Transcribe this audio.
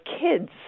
kids